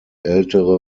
ältere